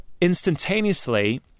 instantaneously